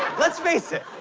let's face it.